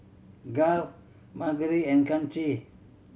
Garth Margery and Chancey